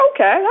okay